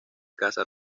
caza